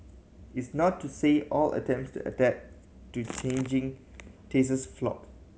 it's not to say all attempts to adapt to changing tastes flopped